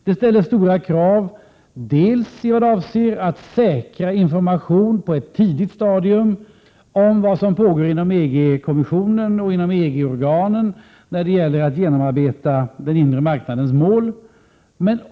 Det ställer stora krav vad avser att på ett tidigt stadium säkra information om vad som pågår inom EG-kommissionen och inom EG-organen när det gäller att genomarbeta den inre marknadens mål.